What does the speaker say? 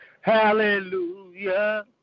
hallelujah